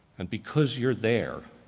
and because you're there,